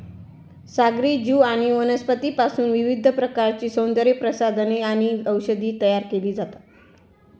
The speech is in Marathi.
सागरी जीव आणि वनस्पतींपासूनही विविध प्रकारची सौंदर्यप्रसाधने आणि औषधे तयार केली जातात